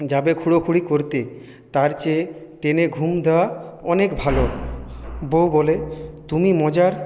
যাবে খুঁড়োখুড়ি করতে তার চেয়ে টেনে ঘুম দেওয়া অনেক ভালো বউ বলে তুমি মজার